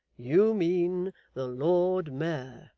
you mean the lord mayor